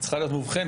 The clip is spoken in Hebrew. צריכה להיות מובחנת,